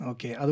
Okay